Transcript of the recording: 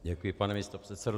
Děkuji, pane místopředsedo.